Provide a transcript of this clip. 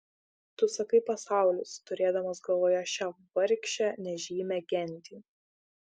tu sakai pasaulis turėdamas galvoje šią vargšę nežymią gentį